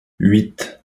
huit